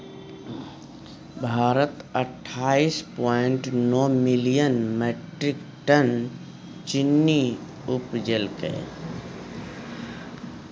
भारत अट्ठाइस पॉइंट नो million metric ton चीन्नी उपजेलकै